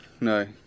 No